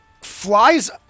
flies